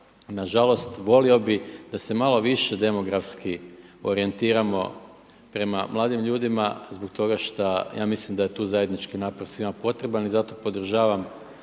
nažalost volio bih da se malo više demografski orijentiramo prema mladim ljudima zbog toga šta, ja mislim da je tu zajednički napor svima potreban i zato podržavam